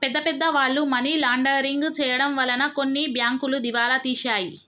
పెద్ద పెద్ద వాళ్ళు మనీ లాండరింగ్ చేయడం వలన కొన్ని బ్యాంకులు దివాలా తీశాయి